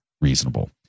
reasonable